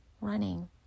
running